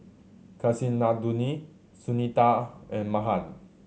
Kasinadhuni Sunita and Mahan